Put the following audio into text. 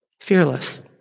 fearless